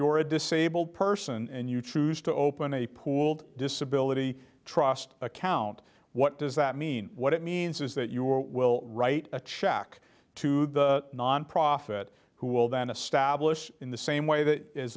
you're a disabled person and you choose to open a pooled disability trust account what does that mean what it means is that your will write a check to the nonprofit who will then establish in the same way that is